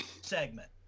segment